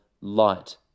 light